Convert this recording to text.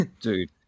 Dude